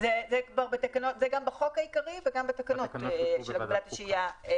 זה גם בחוק העיקרי וגם בתקנות של הגבלת שהייה.